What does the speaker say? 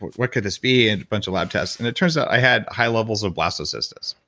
what could this be? and a bunch of lab tests. and it turns out i had high levels of blastocystis.